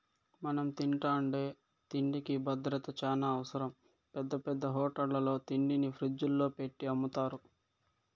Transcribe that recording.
మనం తింటాండే తిండికి భద్రత చానా అవసరం, పెద్ద పెద్ద హోటళ్ళల్లో తిండిని ఫ్రిజ్జుల్లో పెట్టి అమ్ముతారు